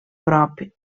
prop